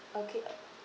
okay